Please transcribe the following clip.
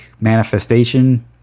manifestation